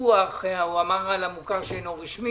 כרגע הוא לא כאן.